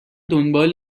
دنبال